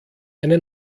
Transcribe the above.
eine